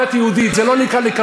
זאת לא דת יהודית, זה לא נקרא לקרב.